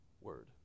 word